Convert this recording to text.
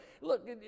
Look